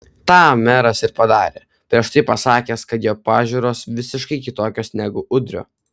tą meras ir padarė prieš tai pasakęs kad jo pažiūros visiškai kitokios negu udrio